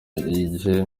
ijye